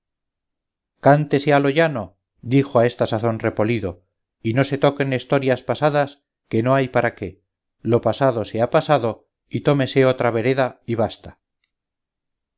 a lo llano dijo a esta sazón repolido y no se toquen estorias pasadas que no hay para qué lo pasado sea pasado y tómese otra vereda y basta